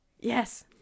yes